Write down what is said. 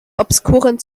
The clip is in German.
obskuren